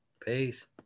Peace